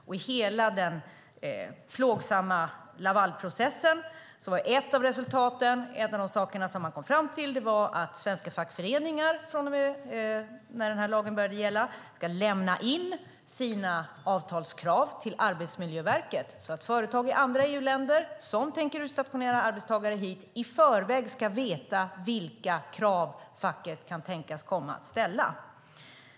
I hela den plågsamma Lavalprocessen var ett av resultaten - en av de saker man kom fram till - att svenska fackföreningar från och med när lagen började gälla ska lämna in sina avtalskrav till Arbetsmiljöverket så att företag i andra EU-länder som tänker utstationera arbetstagare hit i förväg ska veta vilka krav facket kan tänkas komma att ställa.